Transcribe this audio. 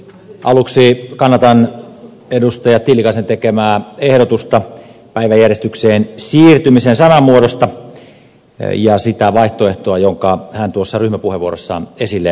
aluksi kannatan edustaja tiilikaisen tekemää ehdotusta päiväjärjestykseen siirtymisen sanamuodosta ja sitä vaihtoehtoa jonka hän tuossa ryhmäpuheenvuorossaan esille toi